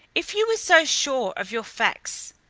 if you were so sure of your facts,